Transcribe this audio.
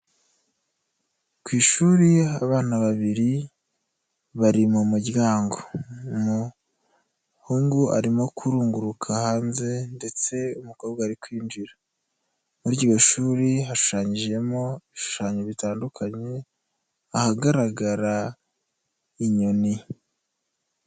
Ku ishuri abana babiri bari mu muryango, umuhungu arimo kurunguruka hanze ndetse umukobwa ari kwinjira, muri iryo shuri hashanyimo ibishushanyo bitandukanye ahagaragara inyoni.